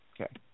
Okay